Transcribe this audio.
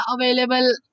available